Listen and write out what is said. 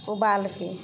उबालिके